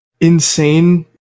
insane